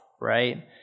right